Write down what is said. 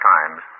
Times